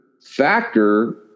factor